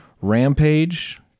Rampage